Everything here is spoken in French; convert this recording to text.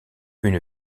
une